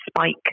spike